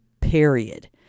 Period